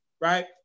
right